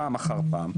פעם אחר פעם,